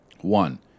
One